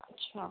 अच्छा